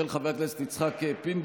של חבר הכנסת יצחק פינדרוס,